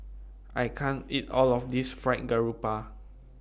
I can't eat All of This Fried Garoupa